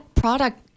product